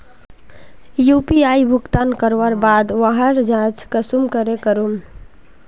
UPI भुगतान करवार बाद वहार जाँच कुंसम करे करूम?